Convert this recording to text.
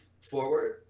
forward